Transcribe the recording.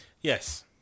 yes